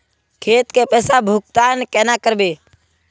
खेत के पैसा भुगतान केना करबे?